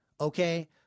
Okay